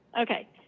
Okay